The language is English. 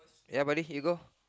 ya buddy you go